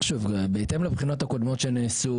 בהתאם לבחינות הקודמות שנעשו